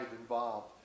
involved